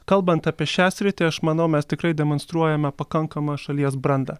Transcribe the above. kalbant apie šią sritį aš manau mes tikrai demonstruojame pakankamą šalies brandą